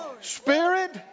spirit